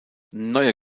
neuer